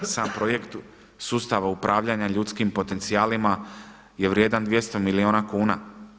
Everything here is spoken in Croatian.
Sam projekt sustava upravljanja ljudskim potencijalima je vrijedan 200 milijuna kuna.